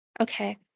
Okay